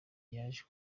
yaje